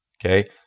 Okay